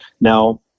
Now